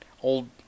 old